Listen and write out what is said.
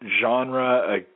genre